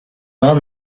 well